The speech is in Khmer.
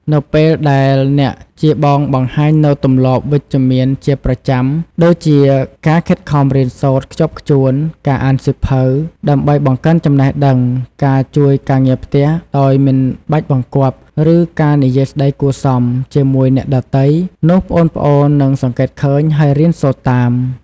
នៅពេលដែលអ្នកជាបងបង្ហាញនូវទម្លាប់វិជ្ជមានជាប្រចាំ ដូចជាការ ខិតខំរៀនសូត្រខ្ជាប់ខ្ជួន ការ អានសៀវភៅ ដើម្បីបង្កើនចំណេះដឹង ការ ជួយការងារផ្ទះ ដោយមិនបាច់បង្គាប់ ឬការ និយាយស្ដីគួរសម ជាមួយអ្នកដទៃ នោះប្អូនៗនឹងសង្កេតឃើញ ហើយរៀនសូត្រតាម ។